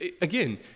again